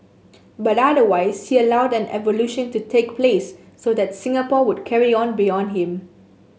but otherwise he allowed an evolution to take place so that Singapore would carry on beyond him